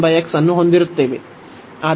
ನಾವು ಅನ್ನು ಹೊಂದಿರುತ್ತೇವೆ